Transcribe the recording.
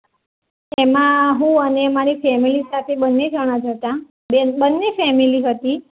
એમાં હું અને મારી ફેમેલી સાથે બન્ને જણાં જ હતાં બેન બંને ફેમેલી હતી